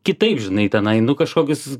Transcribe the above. kitaip žinai tenai nu kažkokius